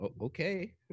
Okay